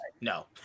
no